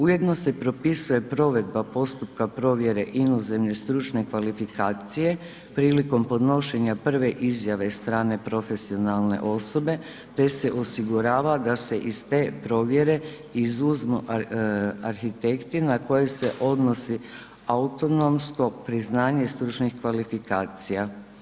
Ujedno se propisuje provedba postupka provjere inozemne stručne kvalifikacije prilikom podnošenja prve izjave strane profesionalne osobe te se osigurava da se iz te provjere izuzmu arhitekti na koje se odnosi autonomsko priznanje stručnih kvalifikacija.